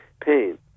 pain